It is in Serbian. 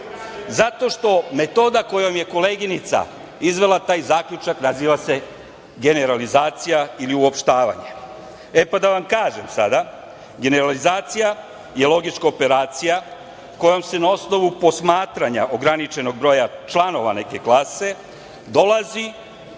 što metoda kojom je koleginica izvela taj zaključak naziva se generalizacija ili uopštavanje. E, pa da vam kažem sada, generalizacija je logička operacija kojom se na osnovu posmatranja ograničenog broja članova neke klase dolazi